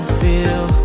feel